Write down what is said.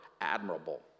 admirable